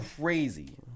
crazy